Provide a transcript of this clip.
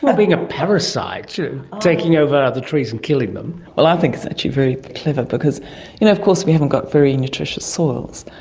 but being a parasite, taking over other trees and killing them. well, i think it's actually very clever because you know of course we haven't got very nutritious soils,